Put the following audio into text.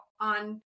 on